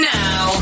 now